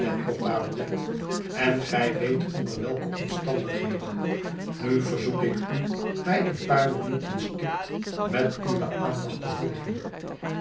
baronet en gij weet onder welke omstandigheden nu verzoek ik u mij een paar minuten stipt met uwe aandacht te volgen